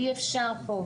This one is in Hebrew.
אי אפשר פה.